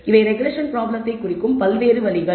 எனவே இவை ரெக்ரெஸ்ஸன் ப்ராப்ளத்தை குறிக்கும் பல்வேறு வழிகள்